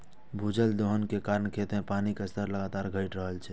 भूजल दोहन के कारण खेत मे पानिक स्तर लगातार घटि रहल छै